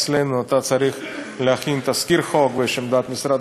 אצלנו אתה צריך להכין תזכיר חוק ויש עמדת משרד